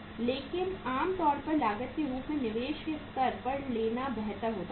लेकिन आम तौर पर लागत के रूप में निवेश के स्तर पर लेना बेहतर होता है